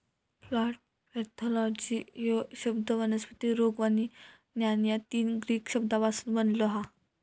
plant pathology ह्यो शब्द वनस्पती रोग आणि ज्ञान या तीन ग्रीक शब्दांपासून बनलो हा